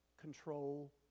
control